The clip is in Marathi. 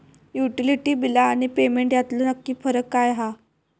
युटिलिटी बिला आणि पेमेंट यातलो नक्की फरक काय हा?